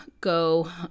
go